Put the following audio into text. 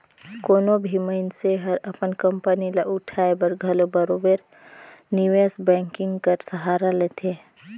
कोनो भी मइनसे हर अपन कंपनी ल उठाए बर घलो बरोबेर निवेस बैंकिंग कर सहारा लेथे